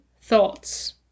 thoughts